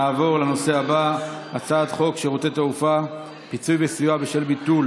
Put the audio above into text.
נעבור לנושא הבא: הצעת חוק שירותי תעופה (פיצוי וסיוע בשל ביטול